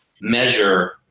measure